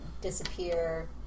disappear